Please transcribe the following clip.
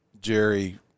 Jerry